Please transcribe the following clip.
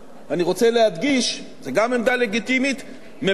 זו גם עמדה לגיטימית מבחינת מוכנות למשבר,